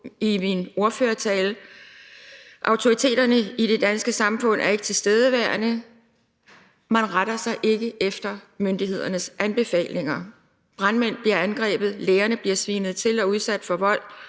i min ordførertale. Autoriteterne i det danske samfund er ikke tilstedeværende. Man retter sig ikke efter myndighedernes anbefalinger. Brandmænd bliver angrebet, lærerne bliver svinet til og udsat for vold,